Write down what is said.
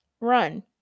run